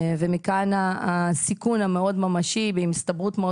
ומכאן הסיכון המאוד ממשי ועם הסתברות מאוד